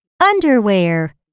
Underwear